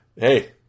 Hey